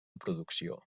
producció